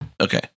Okay